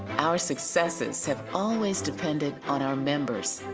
our successes have always depended on our members.